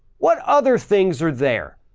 what other things are there?